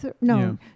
no